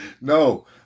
No